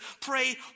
pray